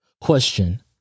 Question